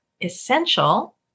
essential